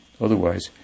Otherwise